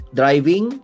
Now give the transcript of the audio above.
driving